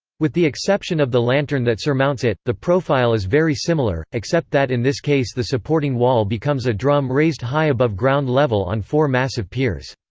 with the exception of the lantern that surmounts it, the profile is very similar, except that in this case the supporting wall becomes a drum raised high above ground level on four massive piers.